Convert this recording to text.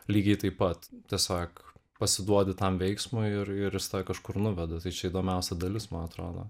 lygiai taip pat tiesiog pasiduodi tam veiksmui ir ir jis tave kažkur nuveda tai čia įdomiausia dalis man atrodo